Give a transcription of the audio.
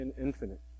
infinite